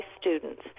students